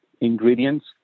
ingredients